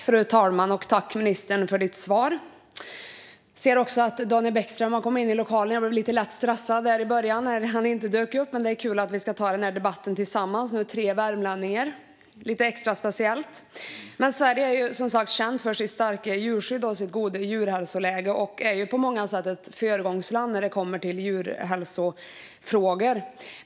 Fru talman! Tack, ministern, för svaret! Jag ser att Daniel Bäckström har kommit in i lokalen. Jag blev lite lätt stressad i början när han inte dök upp. Det är kul att vi tre värmlänningar ska ta den här debatten tillsammans. Det är lite extra speciellt. Sverige är känt för sitt starka djurskydd och sitt goda djurhälsoläge och är på många sätt ett föregångsland när det gäller djurhälsofrågor.